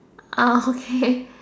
oh okay